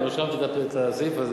רשמתי את הסעיף הזה,